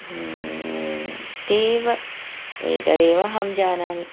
ते एव एतदेव अहं जानामि